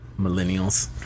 Millennials